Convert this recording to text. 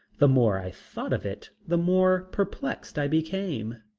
the more i thought of it the more perplexed i became.